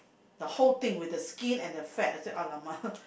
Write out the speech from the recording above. the whole thing with the skin and the fat I say !alamak!